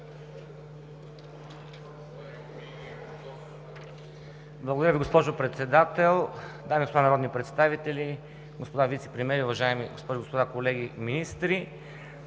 Благодаря Ви, госпожо Председател. Дами и господа народни представители, господа вицепремиери, уважаеми госпожи и господа колеги министри!